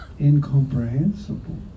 incomprehensible